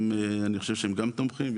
אני חושב שהם גם תומכים.